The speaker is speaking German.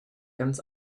ganz